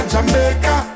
Jamaica